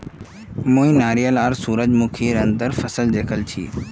मुई नारियल आर सूरजमुखीर अंतर फसल दखल छी